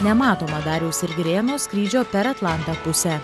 nematomą dariaus ir girėno skrydžio per atlantą pusę